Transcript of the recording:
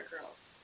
girls